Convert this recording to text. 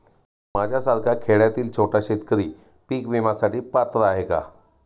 माझ्यासारखा खेड्यातील छोटा शेतकरी पीक विम्यासाठी पात्र आहे का?